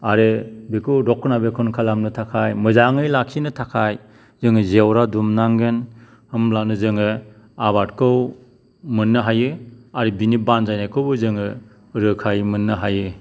आरो बेखौ लकना बेकन खालामनो थाखाय मोजाङै लाखिनो थाखाय जोङो जेवरा दुमनांगोन होनब्लानो जोङो आबादखौ मोननो हायो आरो बेनि बानजायनायखौबो जोङो रोखायै मोननो हायो